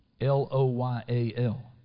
L-O-Y-A-L